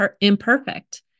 imperfect